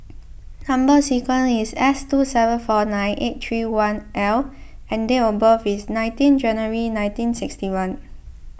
Number Sequence is S two seven four nine eight three one L and date of birth is nineteen January nineteen sixty one